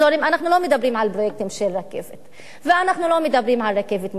אנחנו לא מדברים על פרויקטים של רכבת ואנחנו לא מדברים על רכבת מהירה,